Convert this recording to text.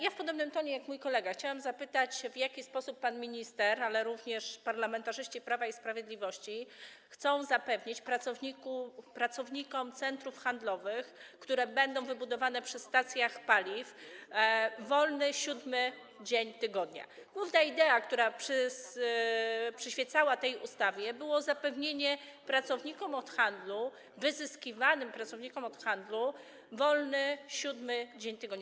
Ja w podobnym tonie jak mój kolega chciałam zapytać, w jaki sposób pan minister, ale również parlamentarzyści Prawa i Sprawiedliwości chcą zapewnić pracownikom centrów handlowych, które będą wybudowane przy stacjach paliw, wolny 7. dzień tygodnia, bo tutaj ideą, która przyświecała tej ustawie, było zapewnienie pracownikom handlu, wyzyskiwanym pracownikom handlu, wolnego 7. dnia tygodnia.